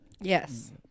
yes